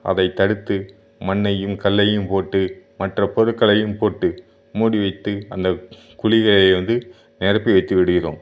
அதை தடுத்து மண்ணையும் கல்லையும் போட்டு மற்ற பொருட்களையும் போட்டு மூடி வைத்து அந்த குழிகளை வந்து நிரப்பி வைத்து விடுகிறோம்